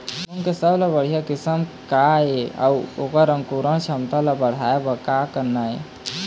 मूंग के सबले बढ़िया किस्म का ये अऊ ओकर अंकुरण क्षमता बढ़ाये बर का करना ये?